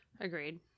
Agreed